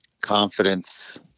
confidence